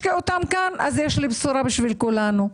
אז יש לי בשורה בשביל כולנו.